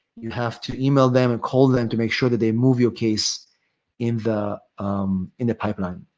you have to email them and call them to make sure that they move your case in the um in the pipeline.